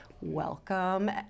Welcome